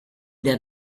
der